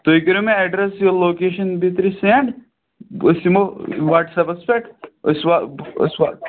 تُہۍ کٔرِو مےٚ اٮ۪ڈرَس یہِ لوکیشَن بیترِ سٮ۪نٛڈ أسۍ یِمو وَٹسیپَس پٮ۪ٹھ أسۍ وَ أسۍ وَ